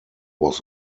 was